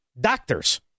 doctors